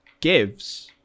gives